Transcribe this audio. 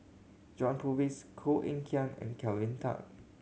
John Purvis Koh Eng Kian and Kelvin Tan